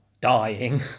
Dying